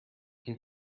ihn